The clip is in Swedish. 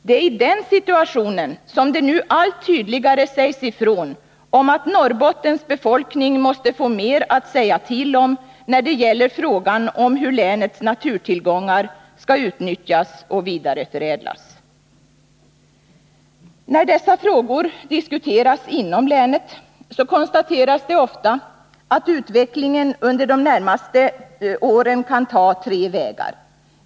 Det är i den situationen som det nu allt tydligare sägs ifrån att Norrbottens befolkning måste få mer att säga till om när det gäller frågan om hur länets naturtillgångar skall utnyttjas och vidareförädlas. När dessa frågor diskuteras inom länet konstateras det ofta att utvecklingen under de närmaste åren kan ta tre vägar.